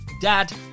Dad